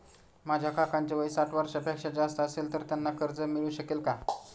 माझ्या काकांचे वय साठ वर्षांपेक्षा जास्त असेल तर त्यांना कर्ज मिळू शकेल का?